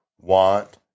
want